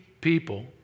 people